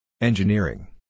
Engineering